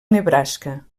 nebraska